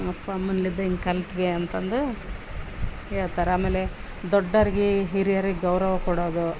ಅಪ್ಪ ಅಮ್ಮನಿಂದ ಹಿಂಗೆಗ್ ಕಲಿತ್ವಿ ಅಂತಂದು ಹೇಳ್ತಾರ ಆಮೇಲೆ ದೊಡ್ಡೋರ್ಗೆ ಹಿರಿಯರಿಗೆ ಗೌರವ ಕೊಡೋದು